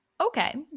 Okay